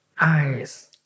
eyes